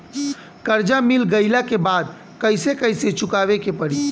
कर्जा मिल गईला के बाद कैसे कैसे चुकावे के पड़ी?